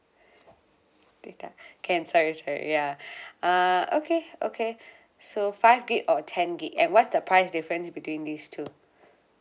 data can sorry sorry ya uh okay okay so five gig or ten gig and what's the price difference between these two